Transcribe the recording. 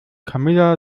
camilla